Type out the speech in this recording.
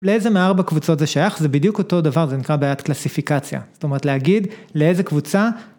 לאיזה מארבע קבוצות זה שייך? זה בדיוק אותו דבר, זה נקרא בעיית קלאסיפיקציה. זאת אומרת להגיד לאיזה קבוצה...